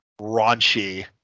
raunchy